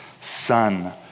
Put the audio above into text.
son